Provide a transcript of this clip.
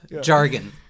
jargon